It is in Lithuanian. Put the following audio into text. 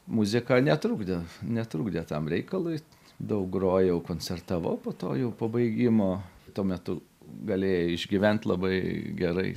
muzika netrukdė netrukdė tam reikalui daug grojau koncertavau po to jau po baigimo tuo metu galėjai išgyvent labai gerai